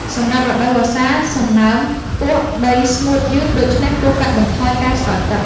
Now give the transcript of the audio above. សម្រាប់រដូវវស្សា សំណើមខ្ពស់ ដីស្ងួតយឺត ដូច្នេះគួរកាត់បន្ថយការស្រោចទឹក។